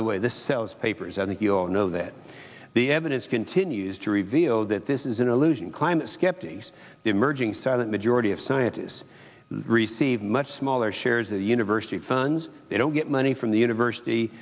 the way this sells papers and you'll know that the evidence continues to reveal that this is an illusion climate skeptics the emerging silent majority of scientists receive much smaller shares the university funds they don't get money from the university